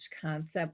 concept